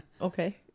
Okay